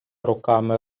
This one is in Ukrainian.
руками